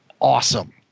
awesome